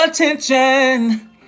attention